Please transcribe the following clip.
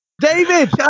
David